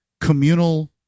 communal